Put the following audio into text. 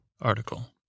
article